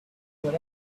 but